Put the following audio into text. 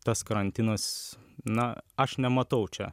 tas karantinas na aš nematau čia